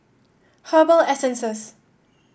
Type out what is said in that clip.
Herbal Essences